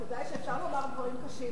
הנקודה היא שאפשר לומר דברים קשים,